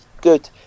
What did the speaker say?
good